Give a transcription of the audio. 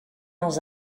els